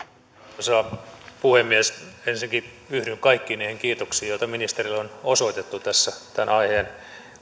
arvoisa puhemies ensinnäkin yhdyn kaikkiin niihin kiitoksiin joita ministerille on osoitettu tässä tämän aiheen